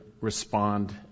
respond